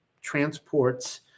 transports